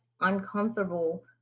uncomfortable